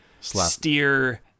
steer